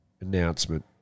announcement